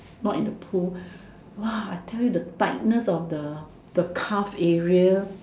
not in the pool [wah] I tell you the tightness of the calf area